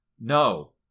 No